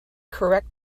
correct